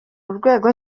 urwego